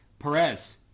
Perez